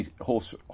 horse